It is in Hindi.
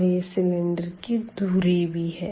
और यह सिलेंडर की धुरी भी है